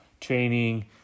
Training